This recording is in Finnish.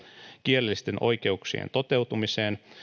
kielellisten oikeuksien toteutumiseen